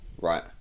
right